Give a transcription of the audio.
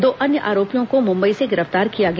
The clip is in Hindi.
दो अन्य आरोपियों को मुंबई से गिरफ्तार किया गया